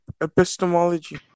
epistemology